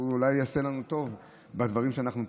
אולי הוא יעשה לנו טוב בדברים שאנחנו פונים.